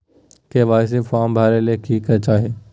KYC form भरे ले कि चाही?